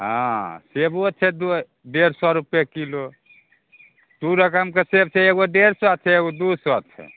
हँ सेबो छै दू डेढ़ सए रुपये किलो दू रकमके सेब छै एगो डेढ़ सए छै एगो दू सए छै